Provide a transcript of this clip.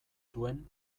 duen